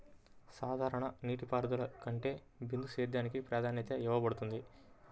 సాధారణ నీటిపారుదల కంటే బిందు సేద్యానికి ప్రాధాన్యత ఇవ్వబడుతుంది